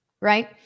right